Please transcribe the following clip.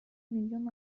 milyon